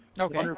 Okay